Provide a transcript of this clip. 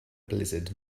blizzard